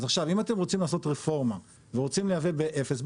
אז עכשיו אם אתם רוצים לעשות רפורמה ורוצים לייבא באפס,